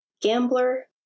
Gambler